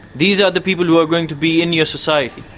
these are the people who are going to be in your society.